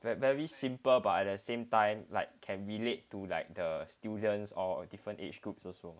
that very simple but at the same time like can relate to like the students or different age groups also